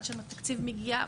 עד שהתקציב מגיע,